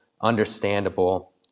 understandable